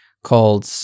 called